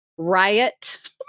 riot